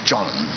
John